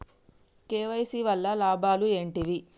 KYC వల్ల లాభాలు ఏంటివి?